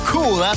Cool